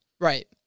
Right